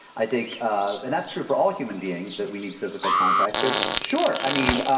i think ah and that's true for all human beings that we need physical contact. but sure, i mean,